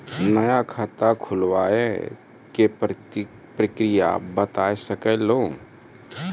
नया खाता खुलवाए के प्रक्रिया बता सके लू?